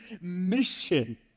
mission